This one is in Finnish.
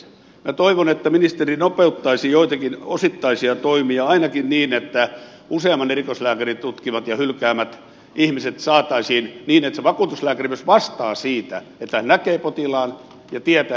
minä toivon että ministeri nopeuttaisi joitakin osittaisia toimia ainakin niin että useamman erikoislääkärin tutkimat ihmiset saataisiin niin että se vakuutuslääkäri myös vastaa siitä että näkee potilaan ja tietää kenestä hän päätöksen tekee